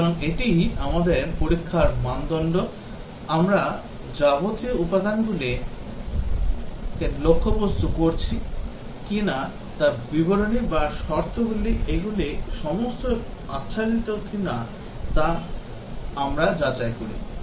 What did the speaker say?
সুতরাং এটিই আমাদের পরীক্ষার মানদণ্ড আমরা যাবতীয় উপাদানগুলিকে লক্ষ্যবস্তু করছি কিনা তা বিবরণী বা শর্তগুলি এগুলি সমস্ত আচ্ছাদিত কিনা তা আমরা যাচাই করি